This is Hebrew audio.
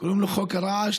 קוראים לו "חוק הרעש",